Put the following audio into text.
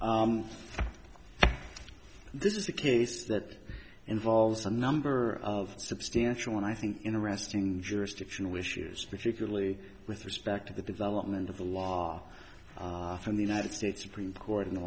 others this is a case that involves a number of substantial and i think in arresting jurisdictional issues particularly with respect to the development of the law from the united states supreme court in the